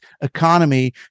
economy